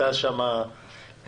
הייתה שם מנהלת.